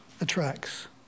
attracts